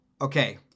Okay